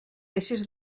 deixes